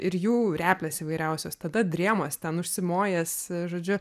ir jų replės įvairiausios tada drėmas ten užsimojęs žodžiu